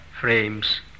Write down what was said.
frames